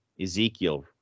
Ezekiel